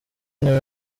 niwe